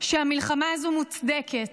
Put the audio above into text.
שהמלחמה הזו מוצדקת,